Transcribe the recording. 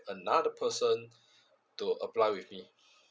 another person to apply with me